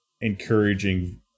encouraging